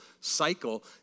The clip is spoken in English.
cycle